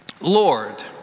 Lord